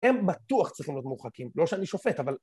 הם בטוח צריכים להיות מרוחקים, לא שאני שופט, אבל...